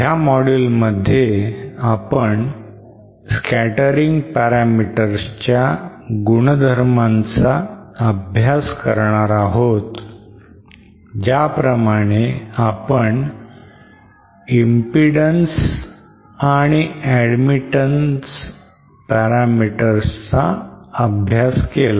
ह्या module मध्ये आपण scattering parameters च्या गुणधर्मांचा अभ्यास करणार आहोत ज्याप्रमाणे आपण impedance and admittance parameters चा अभ्यास केला